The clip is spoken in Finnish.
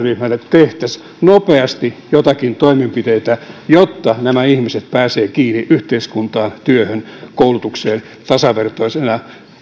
tehtäisiin nopeasti jotakin toimenpiteitä jotta nämä ihmiset pääsevät kiinni yhteiskuntaan työhön ja koulutukseen tasavertaisina